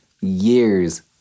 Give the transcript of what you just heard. years